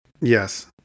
Yes